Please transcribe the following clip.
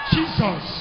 Jesus